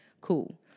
Cool